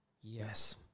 Yes